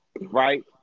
right